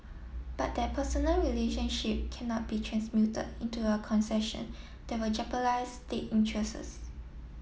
but that personal relationship cannot be transmuted into a concession that will jeopardise state interests